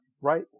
right